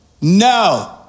no